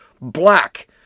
black